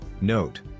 note